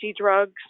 drugs